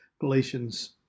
Galatians